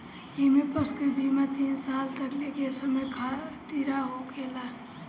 इमें पशु के बीमा तीन साल तकले के समय खातिरा होखेला